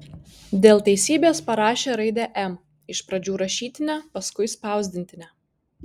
dėl teisybės parašė raidę m iš pradžių rašytinę paskui spausdintinę